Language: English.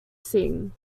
singh